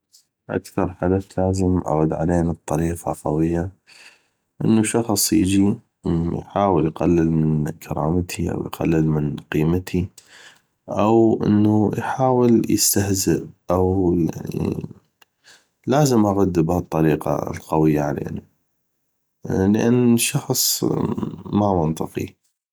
اكثغ حدث لازم اغد علينو بطريقة قوية انو شخص يجي يحاول يقلل من كرامتي أو يقلل من قيمتي أو انو يحاول يستهزء أو يعني لازم اغد بهالطريقة القوية علينو لان شخص ما منطقي